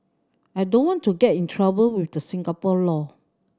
I don't want to get in trouble with the Singapore law